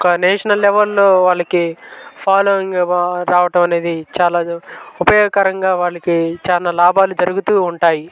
ఒక నేషనల్ లెవెల్లో వాళ్ళకి ఫాలోయింగ్ రావడం అనేది చాలా ఉపయోగకరంగా వాళ్ళకి చాలా లాభాలు జరుగుతూ ఉంటాయి